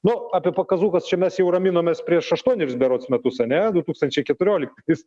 nu apie pakazūchas čia mes jau raminomės prieš aštuonerius berods metus ane du tūkstančiai keturioliktais